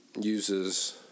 uses